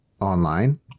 online